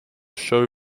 show